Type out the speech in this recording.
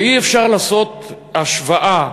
ואי-אפשר לעשות השוואה